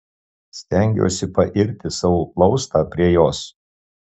stengiuosi pairti savo plaustą prie jos